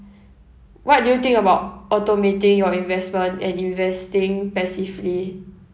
what do you think about automating your investment and investing passively